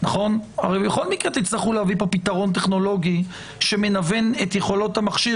הרי בכל מקרה תצטרכו להביא לפה פתרון טכנולוגי שמנוון את יכולות המכשיר,